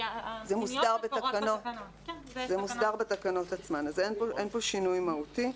זה מוסדר בתקנות עצמן, אז אין פה שינוי מהותי.